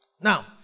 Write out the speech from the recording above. Now